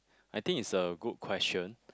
I think it's a good question